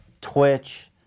twitch